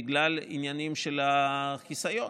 בגלל עניינים של חיסיון,